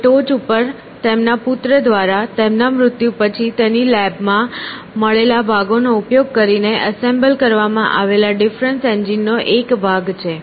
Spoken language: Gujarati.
અને ટોચ પર તેમના પુત્ર દ્વારા તેમના મૃત્યુ પછી તેની લેબમાં મળેલા ભાગોનો ઉપયોગ કરીને એસેમ્બલ કરવામાં આવેલા ડિફરન્સ એન્જિન નો એક ભાગ છે